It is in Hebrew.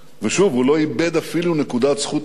ושוב, הוא לא איבד אפילו נקודת זכות אחת.